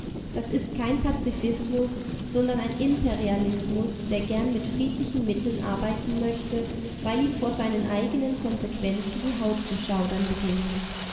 das ist kein pazifismus sondern ein imperialismus der gern mit friedlichen mitteln arbeiten möchte weil ihm vor seinen eigenen konsequenzen die haut zu schaudern beginnt